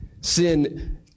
sin